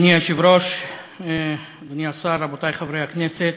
אדוני היושב-ראש, אדוני השר, רבותי חברי הכנסת,